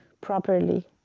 properly